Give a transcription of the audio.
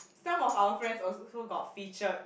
some of our friends also got featured